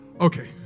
Okay